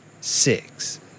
Six